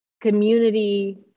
community